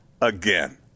again